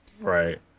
right